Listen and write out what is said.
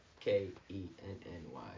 K-E-N-N-Y